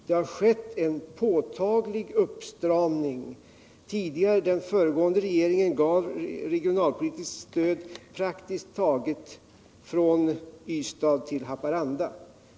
Det har skett en påtaglig uppstramning. Den föregående regeringen gav regionalpolitiskt stöd praktiskt taget från Ystad till Haparanda.